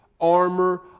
armor